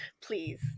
please